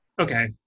Okay